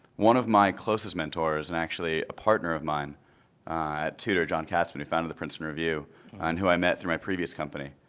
one of my closest mentors and actually a partner of mine at tutor, john katzman, he founded the princeton review and who i met through my previous company,